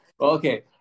Okay